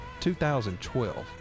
2012